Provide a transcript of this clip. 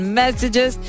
messages